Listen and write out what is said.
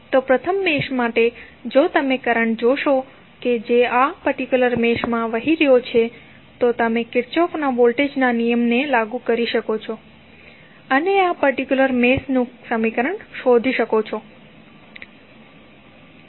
તો પ્રથમ મેશ માટે જો તમે કરંટ જોશો કે જે આ પર્ટિક્યુલર મેશમાં વહી રહ્યો છે તો તમે કિર્ચોફના વોલ્ટેજના નિયમને લાગુ કરી શકો છો અને આ પર્ટિક્યુલર મેશનું સમીકરણ શોધી શકો છો